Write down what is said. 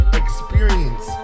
experience